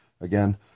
again